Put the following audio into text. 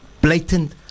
blatant